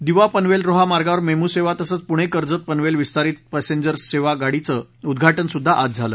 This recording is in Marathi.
दिवा पनवेल रोहा मार्गावर मेमु सेवा तसंच पुणे कर्जत पनवेल विस्तारीत पॅसेंजर गाडीचं उद्घाटन सुद्धा आज झालं